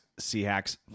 Seahawks